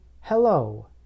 hello